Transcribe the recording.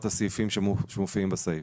הסעיפים שמופיעים בסעיף.